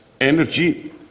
energy